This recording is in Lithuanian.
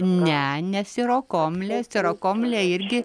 ne ne sirokomlė sirokolmė irgi